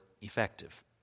effective